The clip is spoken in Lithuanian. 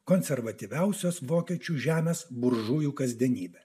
konservatyviausios vokiečių žemės buržujų kasdienybę